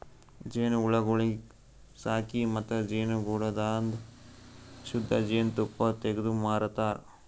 ಜೇನುಹುಳಗೊಳಿಗ್ ಸಾಕಿ ಮತ್ತ ಜೇನುಗೂಡದಾಂದು ಶುದ್ಧ ಜೇನ್ ತುಪ್ಪ ತೆಗ್ದು ಮಾರತಾರ್